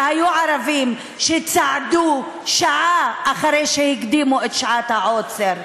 שהיו ערבים שצעדו אחרי שהקדימו את שעת העוצר.